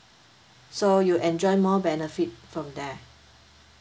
so you enjoy more benefit from there